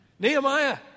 Nehemiah